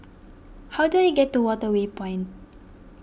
how do I get to Waterway Point